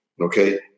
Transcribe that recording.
okay